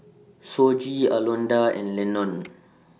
Shoji Alondra and Lenon